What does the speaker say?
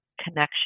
connection